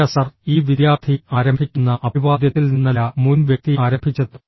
പ്രിയ sir ഈ വിദ്യാർത്ഥി ആരംഭിക്കുന്ന അഭിവാദ്യത്തിൽ നിന്നല്ല മുൻ വ്യക്തി ആരംഭിച്ചത്